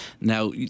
Now